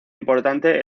importante